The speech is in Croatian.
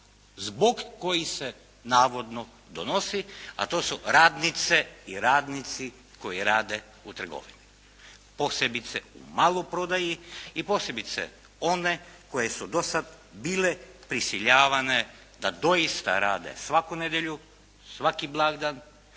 zbog kojih se navodno donosi a to su radnice i radnici koji rade u trgovini, posebice u maloprodaji i posebice one koje su do sada bile prisiljavane da doista rade svaku nedjelju, svaki blagdan,